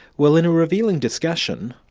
well in a revealing discussion,